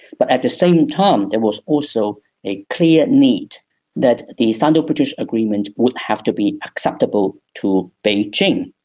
but at the same time there was also a clear need that the sino-british agreement would have to be acceptable to beijing,